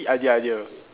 idea idea